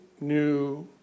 new